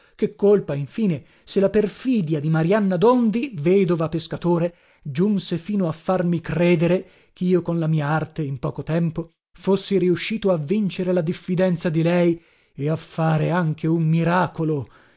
che colpa infine se la perfidia di marianna dondi vedova pescatore giunse fino a farmi credere chio con la mia arte in poco tempo fossi riuscito a vincere la diffidenza di lei e a fare anche un miracolo